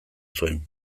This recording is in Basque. zuen